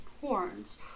horns